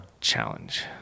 challenge